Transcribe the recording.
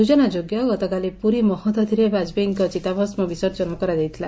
ସ୍ଟଚନା ଯୋଗ୍ୟ ଗତକାଲି ପୁରୀ ମହୋଦଧିରେ ବାଜପେୟୀଙ୍କ ଚିତାଭଷ୍କ ବିସର୍ଜନ କରାଯାଇଥିଲା